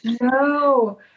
No